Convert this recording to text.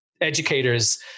educators